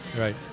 Right